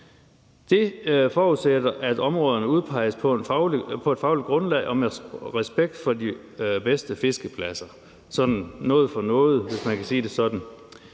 Det forudsætter, at områderne udpeges på et fagligt grundlag og med respekt for de bedste fiskepladser. Det er noget for noget, hvis man kan sige det sådan.